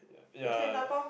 ya